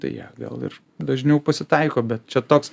tai jie gal ir dažniau pasitaiko bet čia toks